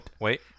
wait